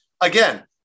Again